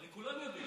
הרי כולם יודעים.